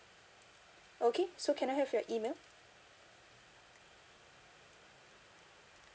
okay so can I have your email